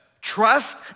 Trust